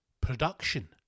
production